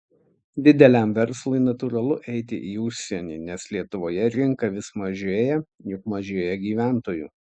dideliam verslui natūralu eiti į užsienį nes lietuvoje rinka vis mažėja juk mažėja gyventojų